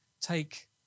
take